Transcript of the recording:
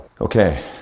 Okay